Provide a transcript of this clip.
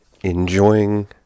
enjoying